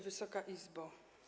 Wysoka Izbo!